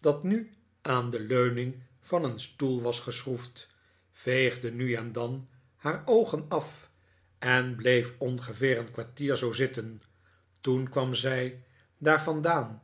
dat nu aan de leuning van een stoel was geschroefd veegde nu en dan haar oogen af en bleef ongeveer een kwartier zoo zitten toen kwam zij daar vandaan